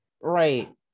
Right